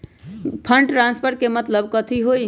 Fund transfer के मतलब कथी होई?